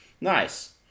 Nice